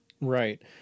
Right